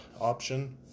option